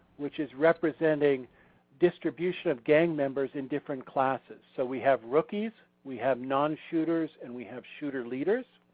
which is representing distribution of gang members in different classes. so we have rookies, we have non-shooters, and we have shooter leaders.